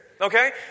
okay